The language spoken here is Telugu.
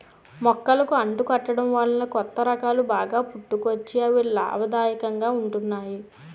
మొక్కలకు అంటు కట్టడం వలన కొత్త రకాలు బాగా పుట్టుకొచ్చి అవి లాభదాయకంగా ఉంటున్నాయి